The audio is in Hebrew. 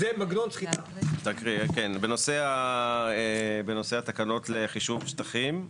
תקריאי כן, בנושא התקנות לחישוב שטחים.